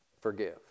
forgive